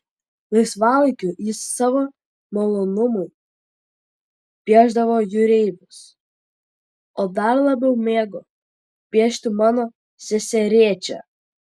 laisvalaikiu jis savo malonumui piešdavo jūreivius o dar labiau mėgo piešti mano seserėčią